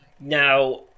Now